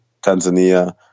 Tanzania